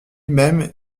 même